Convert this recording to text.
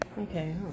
Okay